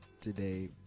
today